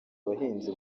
abahinzi